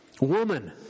Woman